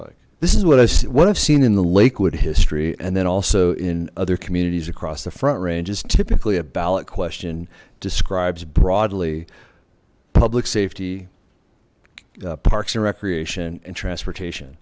like this is what i said what i've seen in the lakewood history and then also in other communities across the front range is typically a ballot question describes broadly public safety parks and recreation and transportation